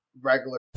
regular